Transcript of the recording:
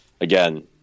again